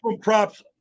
props